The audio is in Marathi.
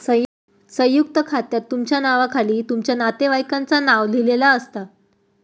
संयुक्त खात्यात तुमच्या नावाखाली तुमच्या नातेवाईकांचा नाव लिहिलेला असता